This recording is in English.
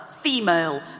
female